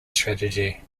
strategy